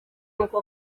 uko